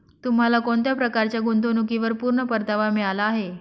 तुम्हाला कोणत्या प्रकारच्या गुंतवणुकीवर पूर्ण परतावा मिळाला आहे